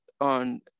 on